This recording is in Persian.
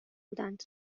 بودند